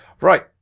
Right